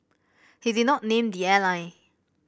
he did not name the airline